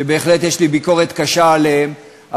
ובהחלט יש לי ביקורת קשה עליהם,